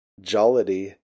jollity